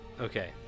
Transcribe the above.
Okay